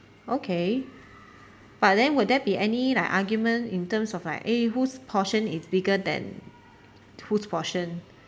okay but then would there be any like argument in terms of like eh whose portion is bigger than whose portion